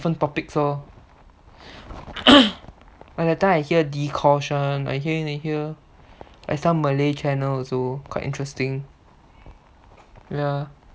different topics lor like that time I hear dee kosh one I hear I hear like some malay channel also quite interesting